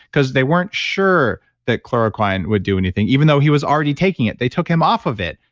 because they weren't sure that chloroquine would do anything. even though he was already taking it. they took him off of it,